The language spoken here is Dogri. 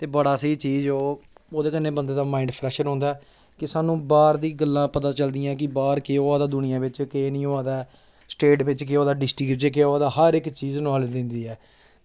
ते बड़ा स्हेई चीज ओह् ओह्दे कन्नै बंदे दा माइंड फ्रेश रौहंदा कि सानूं बाह्र दी गल्लां पता चलदियां कि बाह्र केह् होआ दा दुनिया बिच केह् नेईं होआ दा ऐ स्टेट बिच केह् होआ दा डिस्ट्रिक्ट बिच केह् होआ दा हर इक चीज नॉलेज दिंदी ऐ